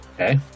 Okay